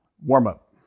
warm-up